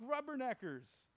rubberneckers